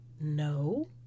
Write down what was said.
No